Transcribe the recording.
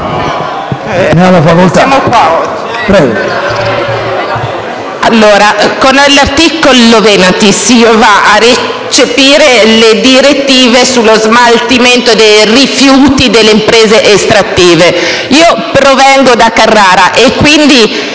con l'articolo 20 si va a recepire le direttive sullo smaltimento dei rifiuti delle imprese estrattive. Io provengo da Carrara e quindi